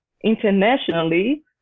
Internationally